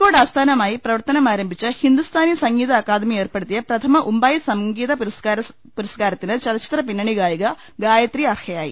കോഴിക്കോട് ആസ്ഥാനമായി പ്രവർത്തനം ആരംഭിച്ച ഹിന്ദുസ്ഥാനി സംഗീത അക്കാദമി ഏർപ്പെടുത്തിയ പ്രഥമ ഉമ്പായി സംഗീത പുരസ്കാരത്തിന് ചലച്ചിത്ര പിന്നണി ഗായിക ഗായത്രി അർഹയായി